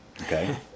okay